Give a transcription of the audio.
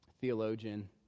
theologian